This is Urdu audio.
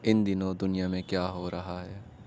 ان دنوں دنیا میں کیا ہو رہا ہے